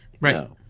Right